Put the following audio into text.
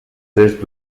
tres